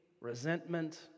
resentment